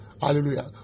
hallelujah